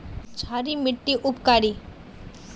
क्षारी मिट्टी उपकारी?